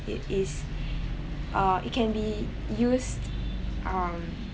it is uh it can be used um